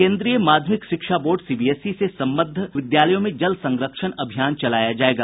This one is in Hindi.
केन्द्रीय माध्यमिक शिक्षा बोर्ड सीबीएसई से सम्बद्ध विद्यालयों में जल संरक्षण अभियान चलाया जायेगा